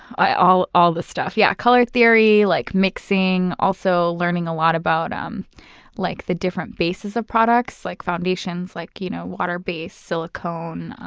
all all the stuff. yeah color theory, like mixing, also learning a lot about um like the different bases of products, like foundations, like you know water-base, silicone,